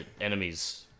enemies